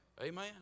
Amen